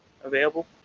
available